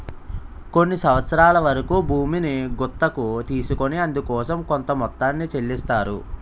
కొన్ని సంవత్సరాల వరకు భూమిని గుత్తకు తీసుకొని అందుకోసం కొంత మొత్తాన్ని చెల్లిస్తారు